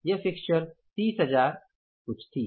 यह फिक्स्चेर 3000 कुछ थी